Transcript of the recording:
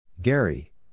Gary